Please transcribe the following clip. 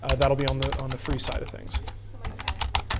ah that'll be on the on the free side of things. somebody asked what